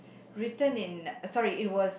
written in sorry it was